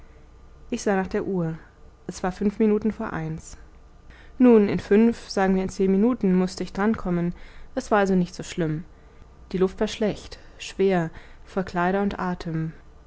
ich sah nach der uhr es war fünf minuten vor eins nun in fünf sagen wir in zehn minuten mußte ich drankommen es war also nicht so schlimm die luft war schlecht schwer voll kleider und atem